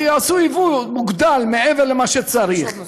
כי עשו יבוא מוגדל מעבר למה שצריך.